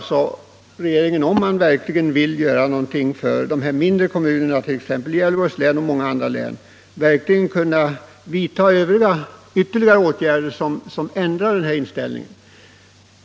Här skulle regeringen, om den verkligen vill göra någonting för de mindre kommunerna i Gävleborgs län och i många andra län anlägga en mer positiv syn på en regionalpolitik som ger mer åt de mindre orterna.